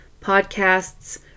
podcasts